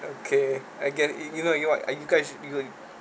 okay I gain you you know you what you guys you go